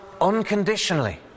unconditionally